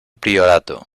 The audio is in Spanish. priorato